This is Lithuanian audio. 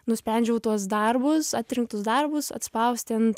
nusprendžiau tuos darbus atrinktus darbus atspausti ant